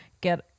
get